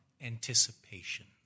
anticipation